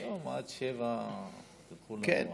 היום עד 07:00 תלכו לנוח.